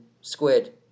Squid